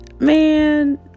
Man